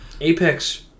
Apex